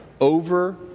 over